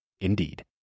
Indeed